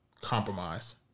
compromise